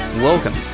Welcome